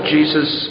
Jesus